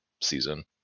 season